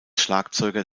schlagzeuger